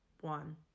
one